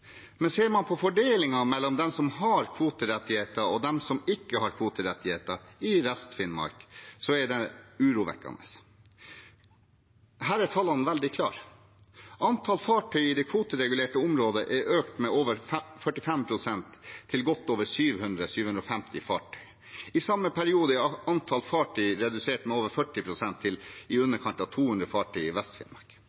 men ser man på fordelingen mellom dem som har kvoterettigheter, og dem som ikke har kvoterettigheter i Rest-Finnmark, er det urovekkende. Her er tallene veldig klare: Antallet fartøy i det kvoteregulerte området har økt med over 45 pst., til godt over 700–750 fartøy. I samme periode har antallet fartøy blitt redusert med over 40 pst., til i